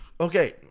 okay